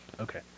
Okay